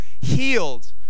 healed